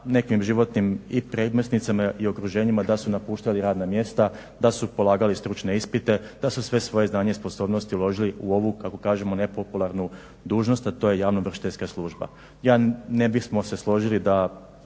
nekim životnim i premosnicama i okruženjima da su napuštali radna mjesta, da su polagali stručne ispite, da su sve svoje znanje i sposobnosti uložili u ovu kako kažemo nepopularnu dužnost a to je javno ovršiteljska služba. Ne bi smo se složili da,